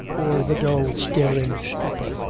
or the dull staring stupor,